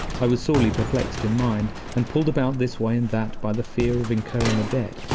i was sorely perplexed in mind, and pulled about this way and that by the fear of incurring a debt,